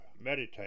meditate